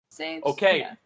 Okay